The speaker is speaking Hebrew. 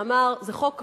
שאמר: זה חוק ראוי,